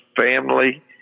family